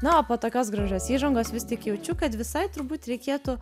na o po tokios gražios įžangos vis tik jaučiu kad visai turbūt reikėtų